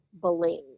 believe